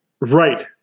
Right